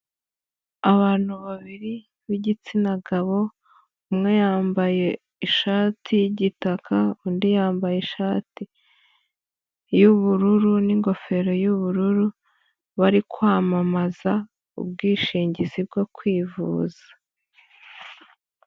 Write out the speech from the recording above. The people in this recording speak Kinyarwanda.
Abantu babiri b'igitsina gabo, umwe yambaye ishati y'igitaka, undi yambaye ishati y'ubururu n'ingofero y'ubururu, bari kwamamaza ubwishingizi bwo kwivuza.